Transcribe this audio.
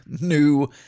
new